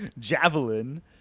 Javelin